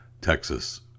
Texas